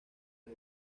del